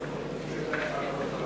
חברי הכנסת מקלב,